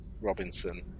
Robinson